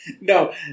No